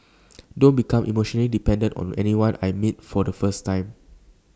don't become emotionally dependent on anyone I meet for the first time